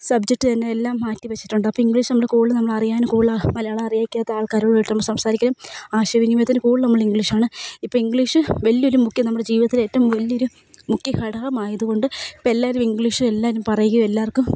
subject തന്നെ എല്ലാം മാറ്റിവച്ചിട്ടുണ്ട് അപ്പോൾ ഇംഗ്ലീഷ് നമ്മൾ കൂടുതൽ നമ്മൾ അറിയാനും കൂടുതലും മലയാളം അറിയാത്ത ആൾക്കാരുമായിട്ട് നമ്മൾ സംസാരിക്കും ആശയവിനിയത്തിന് കൂടുതൽ നമ്മൾ ഇംഗ്ലീഷാണ് ഇപ്പോൾ ഇംഗ്ലീഷ് വലിയൊരു മുഖ്യ നമ്മുടെ ജീവിതത്തിൽ ഏറ്റവും വലിയൊരു മുഖ്യ ഘടകമായതുകൊണ്ട് ഇപ്പോൾ എല്ലാവരും ഇംഗ്ലീഷ് എല്ലാവരും പറയുകയും എല്ലാവർക്കും